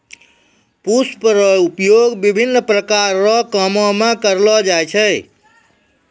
पुष्प रो उपयोग विभिन्न प्रकार रो कामो मे करलो जाय छै